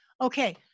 Okay